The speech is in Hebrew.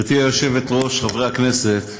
גברתי היושבת-ראש, חברי הכנסת,